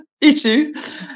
issues